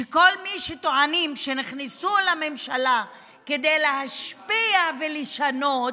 שכל מי שטוענים שנכנסו לממשלה כדי להשפיע ולשנות